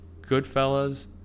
Goodfellas